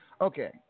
Okay